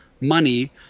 money